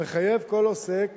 המחייב כל עוסק